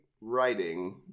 writing